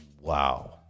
wow